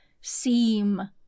seem